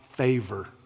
Favor